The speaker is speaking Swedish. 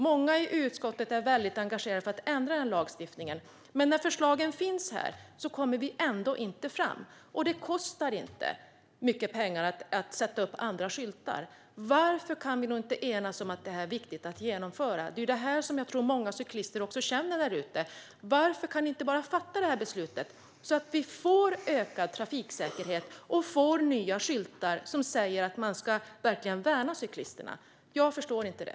Många i utskottet är engagerade i att ändra denna lagstiftning. Men när förslagen finns här kommer vi ändå inte fram. Det kostar inte mycket pengar att sätta upp andra skyltar. Varför kan vi då inte enas om att detta är viktigt att genomföra? Det är det här som jag tror att många cyklister där ute känner: Varför kan ni inte bara fatta detta beslut så att vi får ökad trafiksäkerhet och nya skyltar som säger att man verkligen ska värna cyklisterna? Jag förstår inte det.